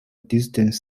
distant